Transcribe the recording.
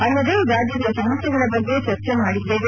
ಅಲ್ಲದೆ ರಾಜ್ಯದ ಸಮಸ್ಯೆಗಳ ಬಗ್ಗೆ ಚರ್ಚೆ ಮಾಡಿದ್ದೆವೆ